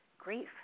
grief